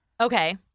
Okay